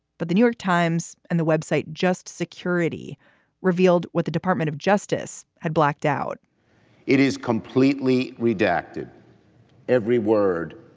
but the new york times and the web site just security revealed what the department of justice had blacked out it is completely redacted every word.